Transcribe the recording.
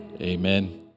Amen